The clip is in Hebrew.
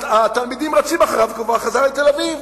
והתלמידים רצים אחריו והוא כבר חזר לתל-אביב.